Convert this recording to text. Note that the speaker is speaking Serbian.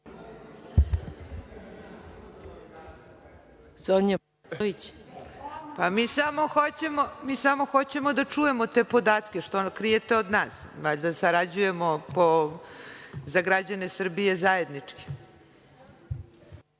Mi samo hoćemo da čujemo te podatke. Zašto krijete od nas? Valjda sarađujemo za građane Srbije zajednički?